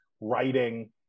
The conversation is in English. writing